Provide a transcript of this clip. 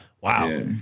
wow